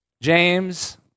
James